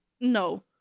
No